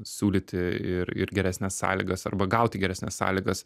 siūlyti ir ir geresnes sąlygas arba gauti geresnes sąlygas